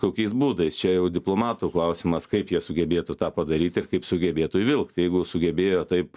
kokiais būdais čia jau diplomatų klausimas kaip jie sugebėtų tą padaryt ir kaip sugebėtų įvilkt jeigu sugebėjo taip